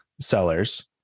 sellers